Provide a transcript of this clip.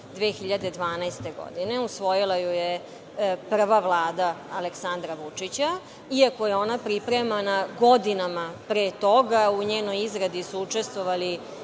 2012. godine. Usvojila ju je prva Vlada Aleksandra Vučića, iako je ona pripremana godinama pre toga. U njenoj izradi su učestvovali